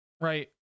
right